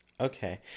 Okay